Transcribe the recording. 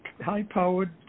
high-powered